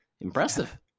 impressive